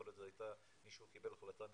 יכול להיות שמישהו קיבל החלטה מקומית,